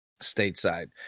stateside